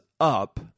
up